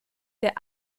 der